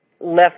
left